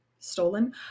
stolen